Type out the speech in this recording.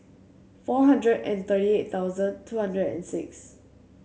four hundred and thirty eight thousand two hundred and six